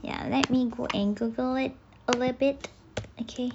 ya let me go and google it a little bit okay